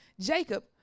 jacob